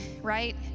right